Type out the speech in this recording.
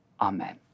Amen